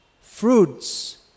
fruits